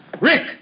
Rick